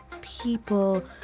people